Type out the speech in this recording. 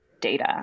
data